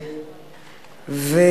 אנחנו